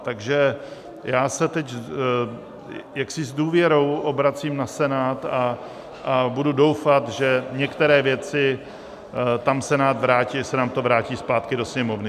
Takže já se teď jaksi s důvěrou obracím na Senát a budu doufat, že některé věci tam Senát vrátí, že se nám to vrátí zpátky do Sněmovny.